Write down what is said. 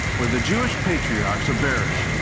where the jewish patriarchs are buried.